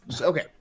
okay